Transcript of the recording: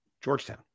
Georgetown